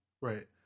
Right